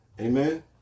Amen